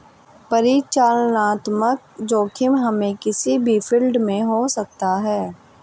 परिचालनात्मक जोखिम हमे किसी भी फील्ड में हो सकता है